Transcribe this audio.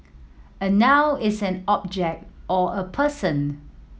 a noun is an object or a person